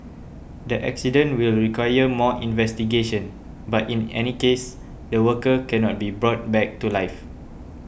the accident will require more investigation but in any case the worker cannot be brought back to life